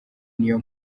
niyo